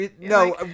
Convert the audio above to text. no